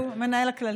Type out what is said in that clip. שהוא המנהל הכללי.